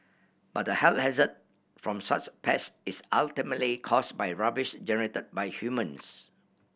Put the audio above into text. but the health hazard from such pests is ultimately caused by rubbish generated by humans